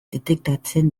detektatzen